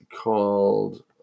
called